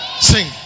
Sing